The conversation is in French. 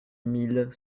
mille